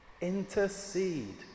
Intercede